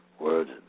words